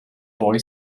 boy